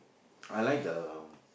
I like the